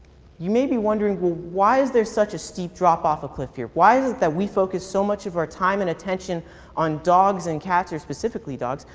you may be wondering why is there such a steep drop off of cliff here? why is it that we focus so much of our time and attention on dogs and cats, or specifically dogs,